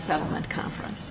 settlement conference